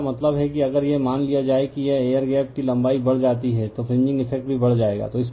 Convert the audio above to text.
तो मेरा मतलब है कि अगर यह मान लिया जाए कि यह एयर गैप की लंबाई बढ़ जाती है तो फ्रिंजिंग इफ़ेक्ट भी बढ़ जाएगा